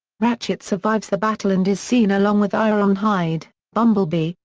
ratchet survives the battle and is seen along with ironhide, bumblebee,